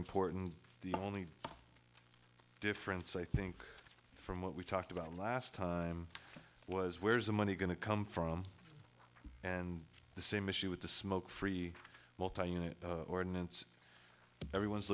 important the only difference i think from what we talked about last time was where's the money going to come from and the same issue with the smoke free multi unit ordinance everyone's